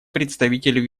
представитель